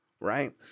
right